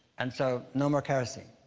and so, no more kerosene.